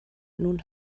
nun